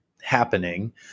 happening